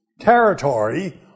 territory